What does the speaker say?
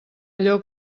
allò